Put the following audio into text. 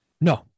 No